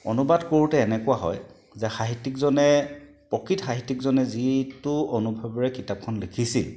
অনুবাদ কৰোঁতে এনেকুৱা হয় যে সাহিত্যিকজনে প্ৰকৃত সাহিত্যিকজনে যিটো অনুভৱেৰে কিতাপখন লিখিছিল